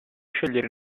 scegliere